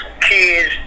kids